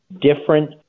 different